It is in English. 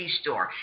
store